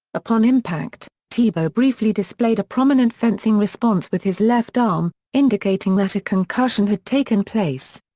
upon impact, tebow briefly displayed a prominent fencing response with his left arm, indicating that a concussion had taken place.